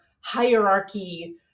hierarchy